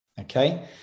okay